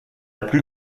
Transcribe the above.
plus